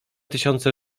tysiące